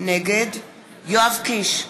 נגד יואב קיש,